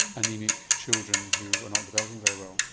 anaemic children who are not developing very well?